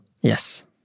Yes